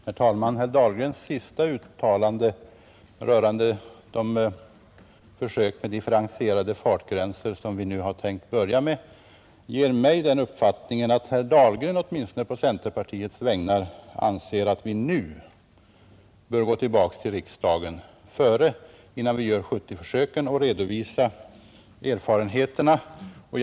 Herr talman! Herr Dahlgrens sista uttalande rörande de försök med differentierade fartgränser, som vi nu kommer att börja med, ger mig den uppfattningen att herr Dahlgren anser att vi nu bör gå tillbaka till riksdagen, och redovisar erfarenheterna innan vi gör 70-försöken.